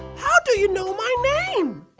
how do you know my name?